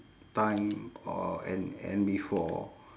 time or and and before